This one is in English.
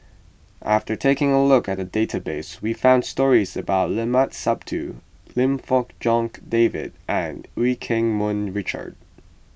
after taking a look at the database we found stories about Limat Sabtu Lim Fong Jock David and Eu Keng Mun Richard